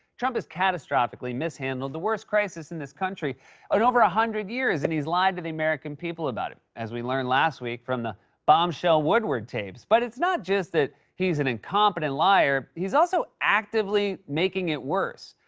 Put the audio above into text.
trump has catastrophically mishandled the worst crisis in this country in over one ah hundred years and he's lied to the american people about it, as we learned last week from the bombshell woodward tapes. but it's not just that he's an incompetent liar. he's also actively making it worse.